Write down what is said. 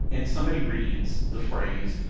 and somebody reads the phrase,